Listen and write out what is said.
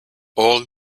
all